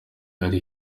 ari